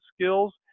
skills